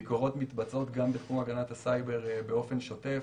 ביקורות מתבצעות בתחום הגנת הסייבר באופן שוטף,